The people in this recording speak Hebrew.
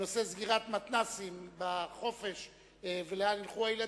בנושא סגירת מתנ"סים בחופש ולאן הילדים ילכו,